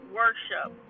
worship